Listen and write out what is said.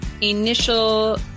initial